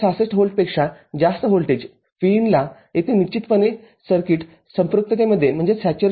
६६ व्होल्टपेक्षा जास्त voltage Vin ला येथे निश्चितपणे सर्किट संपृक्ततेमध्ये आहे बरोबर